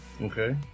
Okay